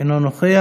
אינו נוכח.